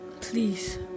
Please